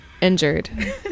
injured